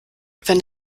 wenn